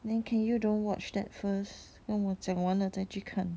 then can you don't watch that first 跟我讲完了再去看